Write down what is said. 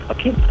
Okay